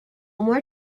more